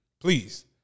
Please